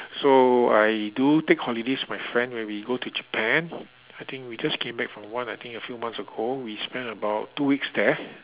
so I do take holidays with my friend where we go to Japan I think we just came back from one I think a few months ago we spend about two weeks there